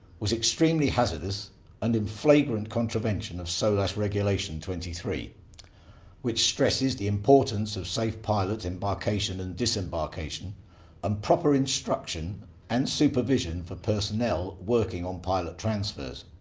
was extremely hazardous and in flagrant contravention of solas regulation twenty three which stresses the importance of safe pilots embarkation and disembarkation and proper instruction and supervision for personnel working on pilot transfers.